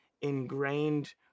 ingrained